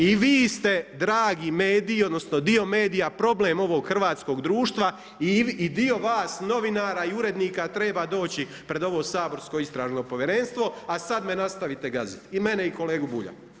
I vi ste dragi mediji, odnosno dio medija problem ovog hrvatskog društva i dio vas novinara i urednika treba doći pred ovo saborsko Istražno povjerenstvo a sada me nastavite gaziti i mene i kolegu Bulja.